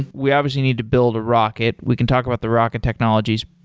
and we obviously need to build a rocket. we can talk about the rocket technologies,